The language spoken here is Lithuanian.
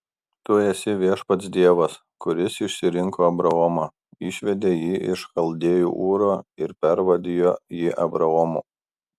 tu esi viešpats dievas kuris išsirinko abromą išvedė jį iš chaldėjų ūro ir pervardijo jį abraomu